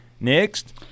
Next